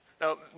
Now